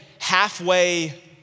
halfway